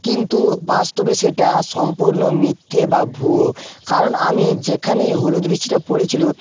কিন্তু বাস্তবে সেটা সম্পূর্ণ মিথ্যে বা ভুয়ো কারণ আমি যেখানে এই হলুদ বৃষ্টিটা পড়েছিল